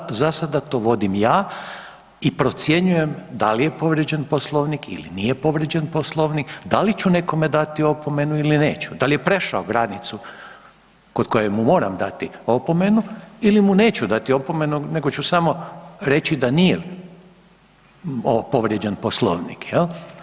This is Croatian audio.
Za sada, za sada to vodim ja i procjenjujem dal je povrijeđen Poslovnik ili nije povrijeđen Poslovnik, da li ću nekome dati opomenu ili neću, da li je prešao granicu kod koje mu moram dati opomenu ili mu neću dati opomenu nego ću samo reći da nije povrijeđen Poslovnik, jel.